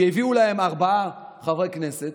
שהביאו להם ארבעה חברי כנסת.